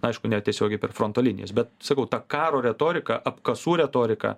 aišku netiesiogiai per fronto linijas bet sakau ta karo retorika apkasų retorika